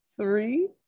three